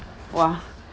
!wah!